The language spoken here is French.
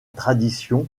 tradition